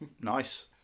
Nice